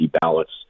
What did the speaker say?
ballots